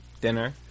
dinner